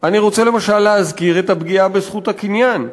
רוצה להזכיר, למשל, את הפגיעה בזכות הקניין.